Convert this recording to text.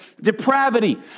depravity